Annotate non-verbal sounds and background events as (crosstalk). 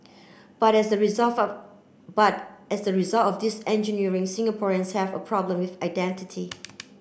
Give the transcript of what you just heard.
but as the (unintelligible) but as the result of this engineering Singaporeans have a problem with identity